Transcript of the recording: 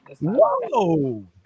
whoa